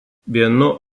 vienu